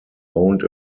owned